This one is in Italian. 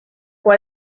può